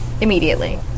Immediately